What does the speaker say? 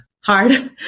hard